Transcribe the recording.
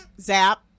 Zap